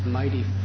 mighty